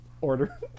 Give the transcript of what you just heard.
Order